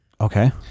Okay